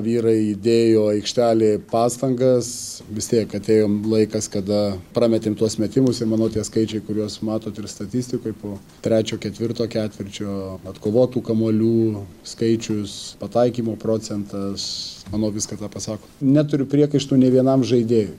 vyrai įdėjo aikštelėj pastangas vis tiek atėjo laikas kada prametėm tuos metimus ir manau tie skaičiai kuriuos matot ir statistikoj po trečio ketvirto ketvirčio atkovotų kamuolių skaičius pataikymo procentas manau viską tą pasako neturiu priekaištų nei vienam žaidėjui